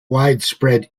widespread